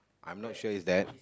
I'm not sure it's that